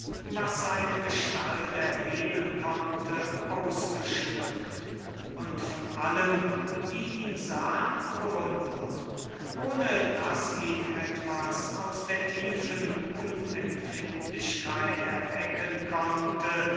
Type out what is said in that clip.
was seine gestalt erheben konnte ausgeschmückt und von allen die ihn sahen bewundert ohne daß ihn etwas aus der vollkommnen unempfindlichkeit erwecken konnte